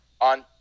on